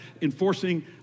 enforcing